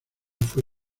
fue